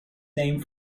name